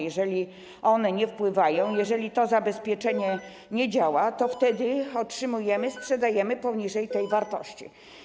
Jeżeli one nie wpływają, jeżeli to zabezpieczenie nie działa, to wtedy otrzymujemy, sprzedajemy poniżej tej wartości.